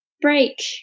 break